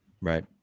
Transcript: Right